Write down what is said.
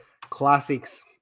classics